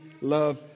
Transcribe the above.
love